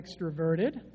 extroverted